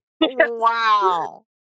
wow